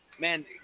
Man